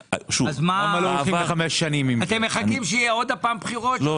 אתם מחכים שיהיו בחירות שוב?